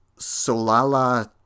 Solala